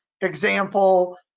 example